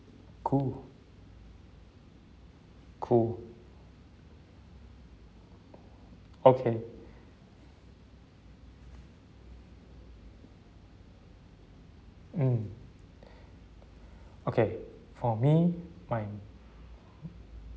cool cool okay mm okay for me my